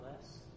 less